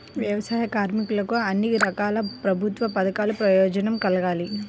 వ్యవసాయ కార్మికులకు అన్ని రకాల ప్రభుత్వ పథకాల ప్రయోజనం కలగాలి